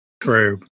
True